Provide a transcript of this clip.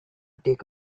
take